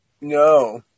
No